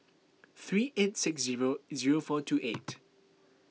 three eight six zero zero four two eight